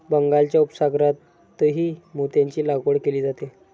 बंगालच्या उपसागरातही मोत्यांची लागवड केली जाते